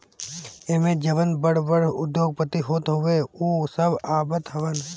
एमे जवन बड़ बड़ उद्योगपति होत हवे उ सब आवत हवन